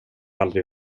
aldrig